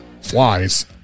flies